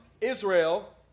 Israel